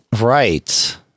Right